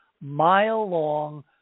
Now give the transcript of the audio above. mile-long